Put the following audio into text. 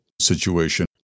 situation